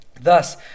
Thus